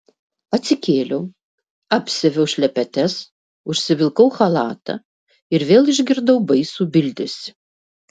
atsikėliau apsiaviau šlepetes užsivilkau chalatą ir vėl išgirdau baisų bildesį